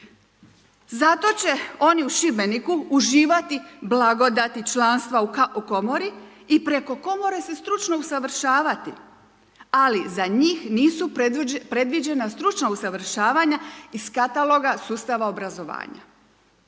Zato će oni u Šibeniku uživati blagodati članstva u komori i preko komore se stručno usavršavati ali za njih nisu predviđena stručna usavršavanja iz kataloga sustava obrazovanja.